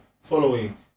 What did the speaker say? following